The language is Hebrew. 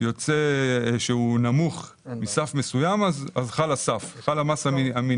הוא נמוך מסף מסוים, אז חל סף המינימום.